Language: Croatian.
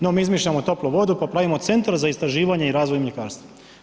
No mi izmišljamo toplu vodu pa pravimo Centar za istraživanje i razvoj mljekarstva.